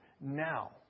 now